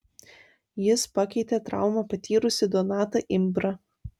jis pakeitė traumą patyrusį donatą imbrą